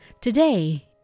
Today